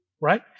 right